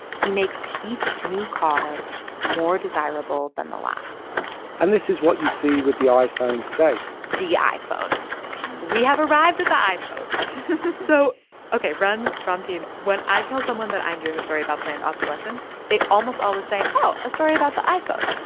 he makes each new car more desirable than the last and this is what you see with the iphone today the iphone we have arrived at the iphone so ok. rund, ramtin, when i tell someone that i'm doing a story about planned obsolescence, they almost always say, oh, a story about the iphone.